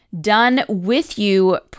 done-with-you